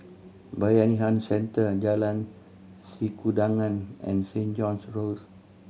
Bayanihan Centre Jalan Sikudangan and Saint John's Road